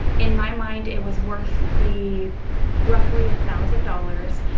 in my mind, it was worth the roughly a thousand dollars,